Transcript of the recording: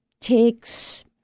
takes